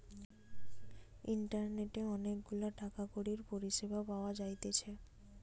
ইন্টারনেটে অনেক গুলা টাকা কড়ির পরিষেবা পাওয়া যাইতেছে